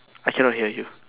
I cannot hear you